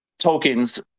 tokens